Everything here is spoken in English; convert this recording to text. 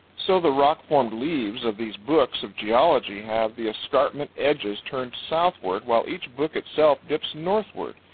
so the rock-formed leaves of these books of geology have the escarpment edges turned southward, while each book itself dips northward,